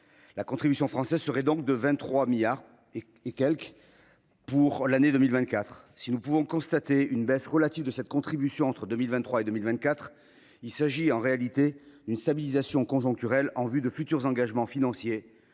la contribution française serait donc de 23,94 milliards d’euros environ pour l’année 2024. Si nous pouvons constater une baisse relative de cette contribution entre 2023 et 2024, il s’agit, en réalité, d’une stabilisation conjoncturelle en vue de futurs engagements financiers,